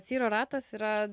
syro ratas yra